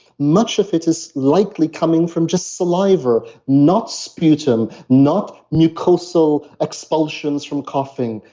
much of it is likely coming from just saliva, not sputum. not mucosal expulsions from coughing,